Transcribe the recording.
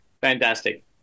Fantastic